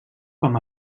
com